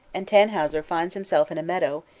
and tannhauser finds himself in a meadow,